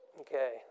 Okay